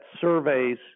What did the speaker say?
surveys